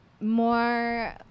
more